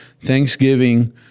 Thanksgiving